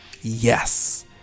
yes